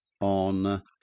on